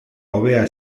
hobea